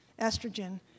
estrogen